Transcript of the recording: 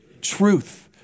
Truth